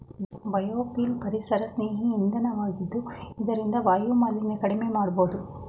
biofuel ಪರಿಸರಸ್ನೇಹಿ ಇಂಧನ ವಾಗಿದ್ದು ಇದರಿಂದ ವಾಯುಮಾಲಿನ್ಯ ಕಡಿಮೆ ಮಾಡಬೋದು